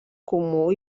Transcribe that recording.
comú